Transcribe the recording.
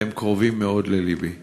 והם קרובים מאוד ללבי.